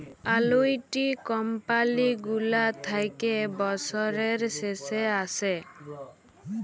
আলুইটি কমপালি গুলা থ্যাকে বসরের শেষে আসে